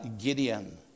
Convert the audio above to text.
Gideon